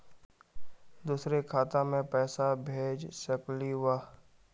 दुसरे खाता मैं पैसा भेज सकलीवह?